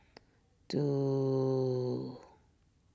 two